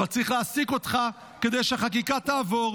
אבל צריך להעסיק אותך כדי שהחקיקה תעבור.